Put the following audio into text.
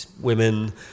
women